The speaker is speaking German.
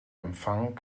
empfang